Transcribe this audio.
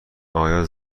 آیا